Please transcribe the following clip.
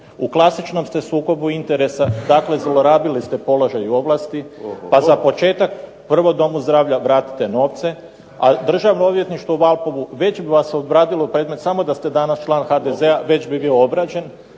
u klasičnom ste sukobu interesa, dakle zlorabili ste položaj i ovlasti, a za početak Domu zdravlja vratite novce, a Državno odvjetništvo u Valpovu već bi vas obradilo predmet samo da ste član HDZ-a već bi bio obrađen,